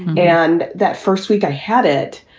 and that first week i had it.